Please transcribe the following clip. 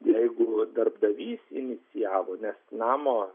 jeigu darbdavys inicijavo nes namo